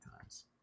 times